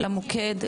למוקד,